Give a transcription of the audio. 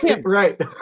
Right